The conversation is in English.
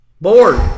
Bored